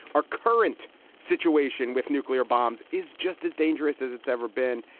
our current situation with nuclear bombs is just as dangerous as it's ever been.